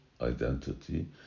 identity